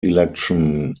election